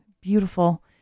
beautiful